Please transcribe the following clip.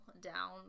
down